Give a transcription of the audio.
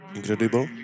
Incredible